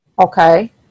Okay